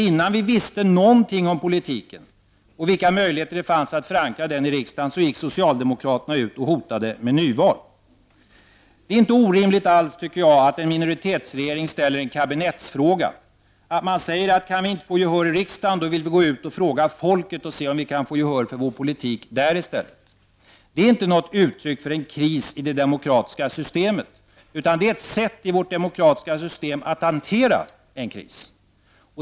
Innan vi visste någonting om politiken och vilka möjligheter det fanns att förankra den i riksdagen gick socialdemokraterna ut och hotade med nyval. Nej, det är inte orimligt alls att en minoritetsregering ställer kabinettsfråga och säger att kan den inte få gehör för sin politik i riksdagen får den gå ut och fråga folket och se om den kan få gehör för sin politik där i stället. Det är inte något uttryck för en kris för det demokratiska systemet, utan det är ett sätt i vårt demokratiska system att hantera en kris.